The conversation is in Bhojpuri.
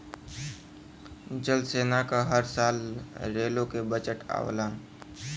जल सेना क हर साल रेलो के बजट आवला